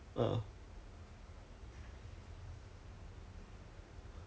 就 suddenly attention C_I_C to flight deck please then 就跟你讲 needs briefing all that